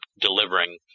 delivering